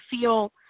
feel